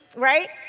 right?